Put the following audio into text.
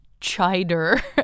chider